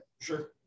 Sure